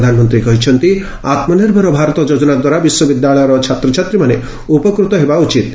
ପ୍ରଧାନମନ୍ତ୍ରୀ କହିଛନ୍ତି ଆତ୍ମନିର୍ଭର ଭାରତ ଯୋଜନା ଦ୍ୱାରା ବିଶ୍ୱବିଦ୍ୟାଳୟର ଛାତ୍ରଛାତ୍ରୀମାନେ ଉପକୃତ ହେବା ଉଚିତ୍